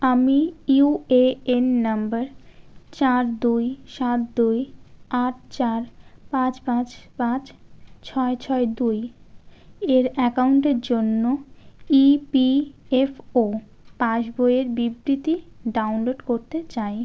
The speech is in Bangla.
আমি ইউ এ এন নাম্বার চার দুই সাত দুই আট চার পাঁচ পাঁচ পাঁচ ছয় ছয় দুই এর অ্যাকাউন্টের জন্য ই পি এফ ও পাসবইয়ের বিবৃতি ডাউনলোড করতে চাই